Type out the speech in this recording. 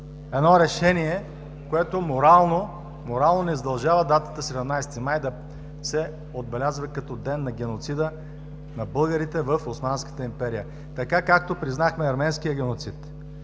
решение, което морално ни задължава датата 17 май да се отбелязва като Ден на геноцида на българите в Османската империя, така, както признахме арменския геноцид,